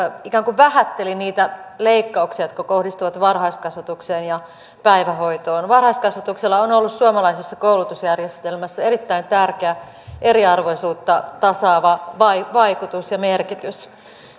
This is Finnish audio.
ikään kuin vähätteli niitä leikkauksia jotka kohdistuvat varhaiskasvatukseen ja päivähoitoon varhaiskasvatuksella on ollut suomalaisessa koulutusjärjestelmässä erittäin tärkeä eriarvoisuutta tasaava vaikutus ja merkitys